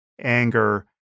anger